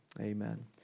Amen